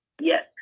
Yes